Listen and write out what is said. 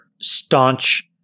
staunch